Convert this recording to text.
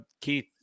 keith